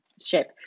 shape